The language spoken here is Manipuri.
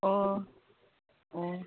ꯑꯣ ꯑꯣ